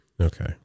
Okay